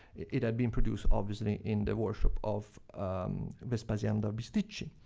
it had been produced, obviously, in the workshop of vespasiano da bisticci.